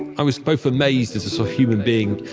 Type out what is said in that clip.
i was both amazed as a so human being,